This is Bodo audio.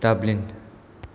दाबलिन